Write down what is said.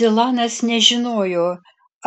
dilanas nežinojo